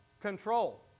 control